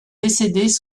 décédées